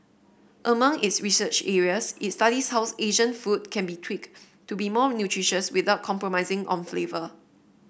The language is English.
among its research areas it studies house Asian food can be tweak to be more nutritious without compromising on flavour